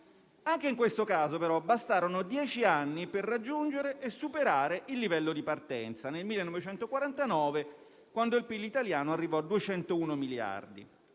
Anche in questo caso, però, bastarono dieci anni per raggiungere e superare il livello di partenza: nel 1949 il PIL italiano arrivò 201 miliardi.